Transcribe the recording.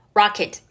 rocket